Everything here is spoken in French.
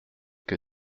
que